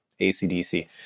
ACDC